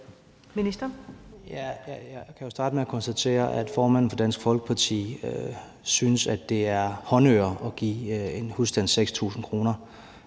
Jeg kan jo starte med at konstatere, at formanden for Dansk Folkeparti synes, at det er håndører at give en husstand, 6.000 kr.